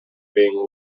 being